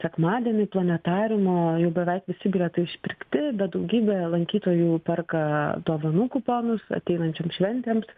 sekmadieniui planetariumo jau beveik visi bilietai išpirkti bet daugybė lankytojų perka dovanų kuponus ateinančiom šventėms